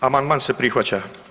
Amandman se prihvaća.